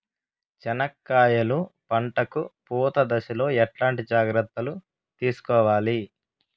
చెనక్కాయలు పంట కు పూత దశలో ఎట్లాంటి జాగ్రత్తలు తీసుకోవాలి?